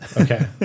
Okay